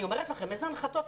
אני אומרת לכם איזה הנחתות.